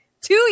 two